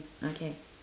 okay